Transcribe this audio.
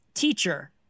Teacher